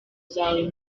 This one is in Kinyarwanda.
zawe